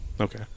okay